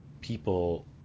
people